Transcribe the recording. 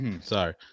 Sorry